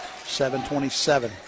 727